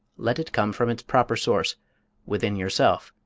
let it come from its proper source within yourself.